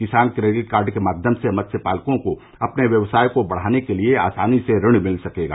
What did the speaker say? किसान credit card के माध्यम से मत्स्य पालकों को अपने व्यवसाय को बढ़ाने के लिए आसानी से ऋण मिल सकेगा